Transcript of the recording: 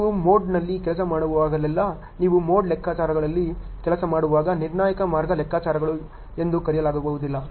ನೀವು ಮೋಡ್ನಲ್ಲಿ ಕೆಲಸ ಮಾಡುವಾಗಲೆಲ್ಲಾ ನೀವು ಮೋಡ್ ಲೆಕ್ಕಾಚಾರದಲ್ಲಿ ಕೆಲಸ ಮಾಡುವಾಗ ನಿರ್ಣಾಯಕ ಮಾರ್ಗ ಲೆಕ್ಕಾಚಾರಗಳು ಎಂದು ಕರೆಯಲಾಗುವುದಿಲ್ಲ